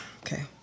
okay